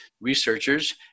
researchers